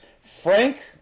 Frank